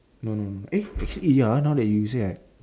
no no no eh actually eh ya now that you say right